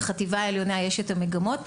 בחטיבה עליונה יש את המגמות.